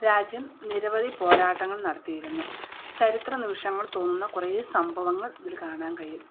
രാജ്യം നിരവധി പോരാട്ടങ്ങൾ നടത്തിയിരുന്നു ചരിത്ര നിമിഷങ്ങൾ തോന്നുന്ന കുറേ സംഭവങ്ങൾ ഇതിൽ കാണാൻ കഴിയും